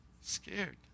scared